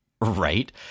Right